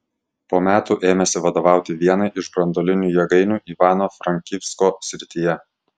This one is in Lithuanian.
po metų ėmėsi vadovauti vienai iš branduolinių jėgainių ivano frankivsko srityje